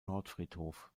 nordfriedhof